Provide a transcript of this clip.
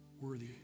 worthy